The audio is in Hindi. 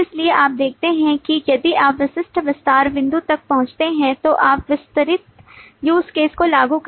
इसलिए आप देखते हैं कि यदि आप विशिष्ट विस्तार बिंदु तक पहुँचते हैं तो आप विस्तारित use case को लागू करते हैं